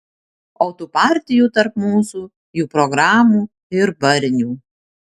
o tų partijų tarp mūsų jų programų ir barnių